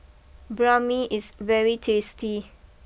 Banh Mi is very tasty